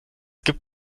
gibt